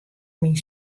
myn